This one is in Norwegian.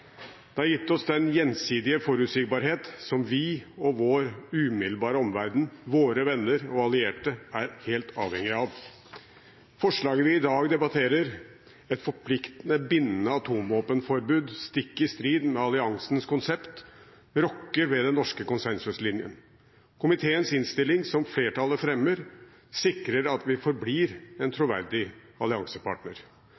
Det har gitt oss den gjensidige forutsigbarhet som vi og vår umiddelbare omverden, våre venner og allierte, er helt avhengig av. Forslaget vi i dag debatterer, et forpliktende, bindende atomvåpenforbud – stikk i strid med alliansens konsept – rokker ved den norske konsensuslinjen. Komiteens innstilling, som flertallet fremmer, sikrer at vi forblir en troverdig alliansepartner.